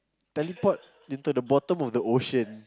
teleport into the bottom of the ocean